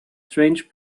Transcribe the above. strange